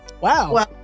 Wow